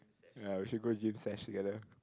ya we should go gym sesh together